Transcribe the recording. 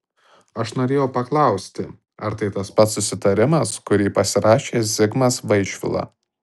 aš norėjau paklausti ar tai tas pats susitarimas kurį pasirašė zigmas vaišvila